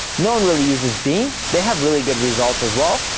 no one really uses bing. they have really good results as well.